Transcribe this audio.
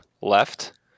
left